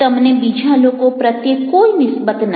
તમને બીજા લોકો પ્રત્યે કોઇ નિસબત નથી